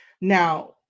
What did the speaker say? Now